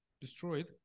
destroyed